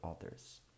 others